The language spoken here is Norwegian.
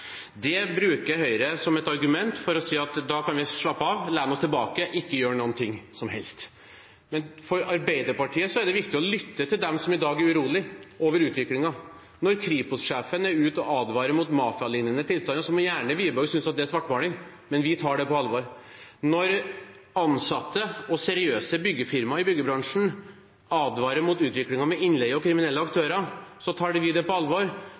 Det bruker Høyre som et argument for å si at da kan vi slappe av, lene oss tilbake, ikke gjøre noe som helst. For Arbeiderpartiet er det viktig å lytte til dem som i dag er urolig over utviklingen. Når Kripos-sjefen er ute og advarer mot mafialignende tilstander, må Wiborg gjerne synes at det er svartmaling, men vi tar det på alvor. Når ansatte og seriøse byggefirmaer i byggebransjen advarer mot utviklingen når det gjelder innleie og kriminelle aktører, tar vi det på alvor.